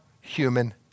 human